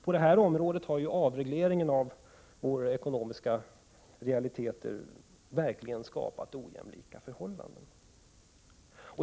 På det här området har avregleringen av våra ekonomiska realiteter verkligen skapat ojämlika förhållanden.